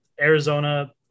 arizona